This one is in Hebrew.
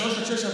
עד שלוש.